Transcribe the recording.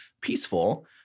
peaceful